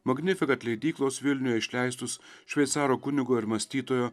magnifikat leidyklos vilniuje išleistus šveicarų kunigo ir mąstytojo